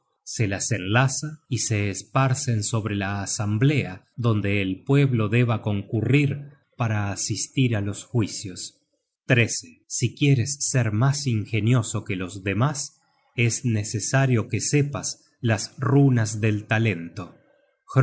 se las enlaza y se esparcen sobre la asamblea donde el pueblo deba concurrir para asistir á los juicios si quieres ser mas ingenioso que los de mas es necesario que sepas las runas del talento